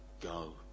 go